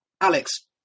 Alex